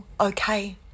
okay